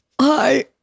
hi